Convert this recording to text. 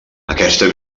aquesta